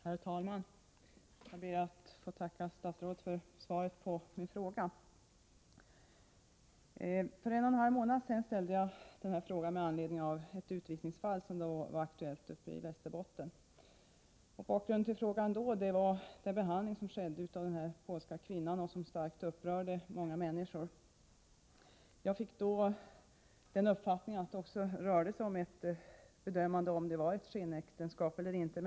Herr talman! Jag ber att få tacka statsrådet för svaret på min fråga. För en och en halv månad sedan ställde jag frågan med anledning av ett utvisningsfall, som då var aktuellt uppe i Västerbotten. Bakgrunden till frågan var behandlingen av en polsk kvinna, som starkt upprörde många människor. Jag fick då uppfattningen att det också rörde sig om en bedömning av huruvida det var ett skenäktenskap eller inte.